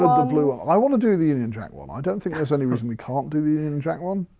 ah the blue one, i wanna do the union jack one. i don't think there's any reason we can't do the union jack one,